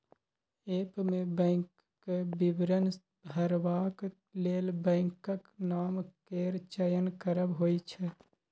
app मे बैंकक विवरण भरबाक लेल बैंकक नाम केर चयन करब होइ छै